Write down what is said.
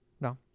No